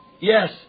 Yes